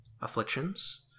afflictions